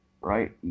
right